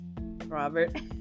Robert